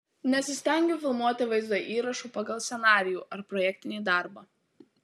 nesistengiu filmuoti vaizdo įrašų pagal scenarijų ar projektinį darbą